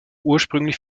ursprünglich